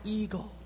eagle